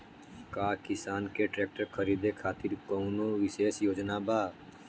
का किसान के ट्रैक्टर खरीदें खातिर कउनों विशेष योजना बा?